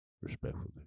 Respectfully